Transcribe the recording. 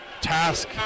task